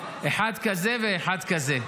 אחד כזה ואחד כזה.